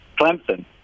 Clemson